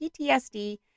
PTSD